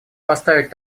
поставить